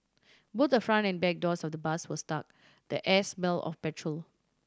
both the front and back doors of the bus were stuck the air smell of petrol